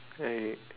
I